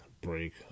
break